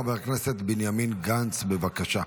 חבר הכנסת בנימין גנץ, בבקשה.